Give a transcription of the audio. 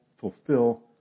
fulfill